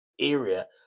area